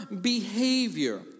behavior